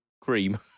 cream